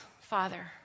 father